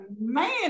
man